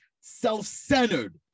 self-centered